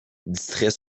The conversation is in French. distrait